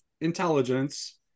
intelligence